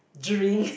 drink